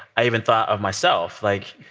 i even thought of myself. like,